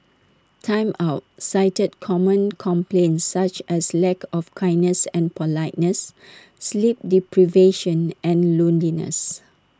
Time Out cited common complaints such as lack of kindness and politeness sleep deprivation and loneliness